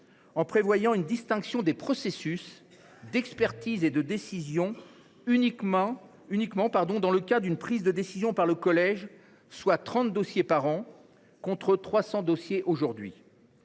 en prévoyant une distinction des « processus » d’expertise et de décision uniquement dans le cas d’une prise de décision par le collège, soit trente dossiers par an, contre trois cents